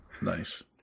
Nice